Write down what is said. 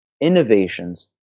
innovations